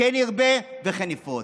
כן ירבה וכן יפרֹץ".